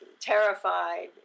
terrified